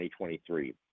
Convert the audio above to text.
2023